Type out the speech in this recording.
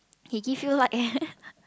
he give you like